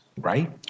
right